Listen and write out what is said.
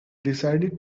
decided